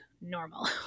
normal